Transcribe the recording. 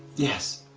yes,